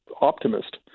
optimist